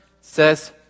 says